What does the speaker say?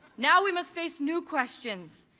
now we must face new questions,